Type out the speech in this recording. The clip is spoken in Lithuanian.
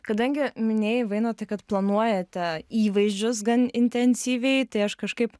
kadangi minėjai vainotai kad planuojate įvaizdžius gan intensyviai tai aš kažkaip